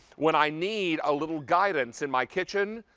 when i need a little guidance in my kitchen,